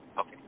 Okay